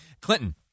Clinton